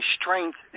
strength